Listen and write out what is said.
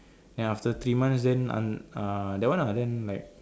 then after three months then un~ uh that one lah then like